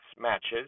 matches